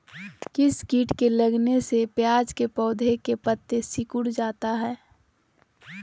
किस किट के लगने से प्याज के पौधे के पत्ते सिकुड़ जाता है?